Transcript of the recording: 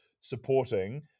supporting